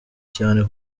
cyane